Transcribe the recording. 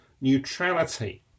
neutrality